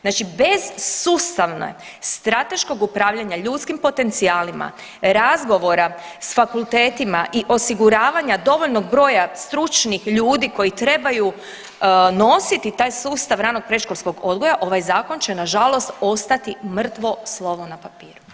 Znači bez sustavnog strateškog upravljanja ljudskim potencijalima, razgovora s fakultetima i osiguravanja dovoljnog broja stručnih ljudi koji trebaju nositi taj sustav ranog predškolskog odgoja ovaj zakon će nažalost ostati mrtvo slovo na papiru.